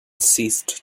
ceased